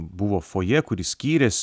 buvo fojė kuri skyrės